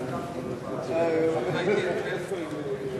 ל"דברי הכנסת",